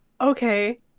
okay